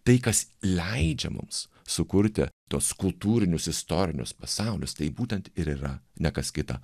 tai kas leidžia mums sukurti tuos kultūrinius istorinius pasaulius tai būtent ir yra ne kas kita